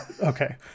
okay